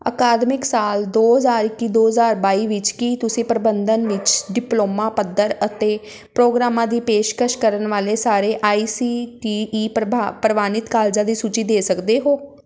ਅਕਾਦਮਿਕ ਸਾਲ ਦੋ ਹਜ਼ਾਰ ਇੱਕੀ ਦੋ ਹਜ਼ਾਰ ਬਾਈ ਵਿੱਚ ਕੀ ਤੁਸੀਂ ਪ੍ਰਬੰਧਨ ਵਿੱਚ ਡਿਪਲੋਮਾ ਪੱਧਰ ਅਤੇ ਪ੍ਰੋਗਰਾਮਾਂ ਦੀ ਪੇਸ਼ਕਸ਼ ਕਰਨ ਵਾਲੇ ਸਾਰੇ ਆਈ ਸੀ ਟੀ ਈ ਪ੍ਰਭਾ ਪ੍ਰਵਾਨਿਤ ਕਾਲਜਾਂ ਦੀ ਸੂਚੀ ਦੇ ਸਕਦੇ ਹੋ